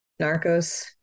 Narcos